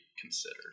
considered